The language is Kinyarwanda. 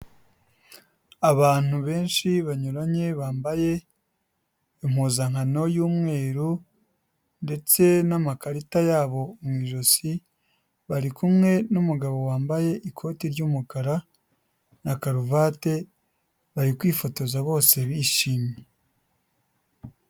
Abantu benshi banyuranye bambaye impuzankano y'umweru ndetse n'amakarita yabo mu ijosi, bari kumwe n'umugabo wambaye ikoti ry'umukara na karuvati, bari kwifotoza bose bishimye.